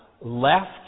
left